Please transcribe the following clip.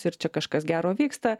ir čia kažkas gero vyksta